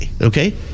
Okay